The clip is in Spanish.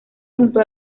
junto